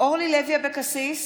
אורלי לוי אבקסיס,